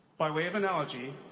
by way of analogy,